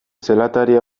zelatari